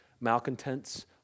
malcontents